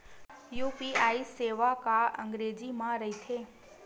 UPI सेवा का अंग्रेजी मा रहीथे?